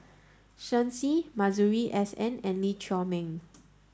Shen Xi Masuri S N and Lee Chiaw Meng